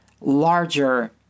larger